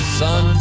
son